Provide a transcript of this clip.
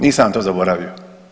Nisam vam to zaboravio.